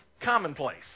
commonplace